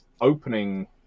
opening